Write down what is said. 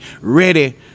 ready